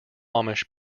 amish